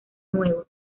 nuevo